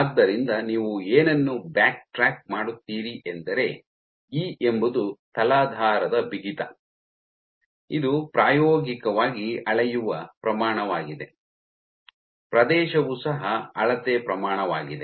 ಆದ್ದರಿಂದ ನೀವು ಏನನ್ನು ಬ್ಯಾಕ್ಟ್ರಾಕ್ ಮಾಡುತೀರಿ ಎಂದರೆ ಇ ಎಂಬುದು ತಲಾಧಾರದ ಬಿಗಿತ ಇದು ಪ್ರಾಯೋಗಿಕವಾಗಿ ಅಳೆಯುವ ಪ್ರಮಾಣವಾಗಿದೆ ಪ್ರದೇಶವು ಸಹ ಅಳತೆ ಪ್ರಮಾಣವಾಗಿದೆ